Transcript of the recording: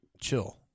chill